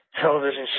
television